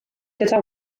gyda